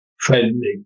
friendly